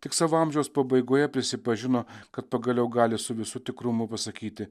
tik savo amžiaus pabaigoje prisipažino kad pagaliau gali su visu tikrumu pasakyti